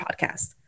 podcast